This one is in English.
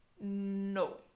No